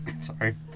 Sorry